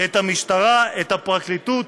את המשטרה, את הפרקליטות,